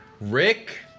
rick